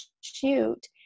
shoot